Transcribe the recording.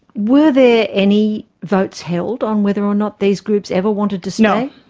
were there any votes held on whether or not these groups ever wanted to stay?